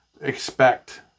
expect